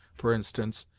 for instance,